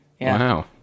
Wow